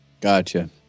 Gotcha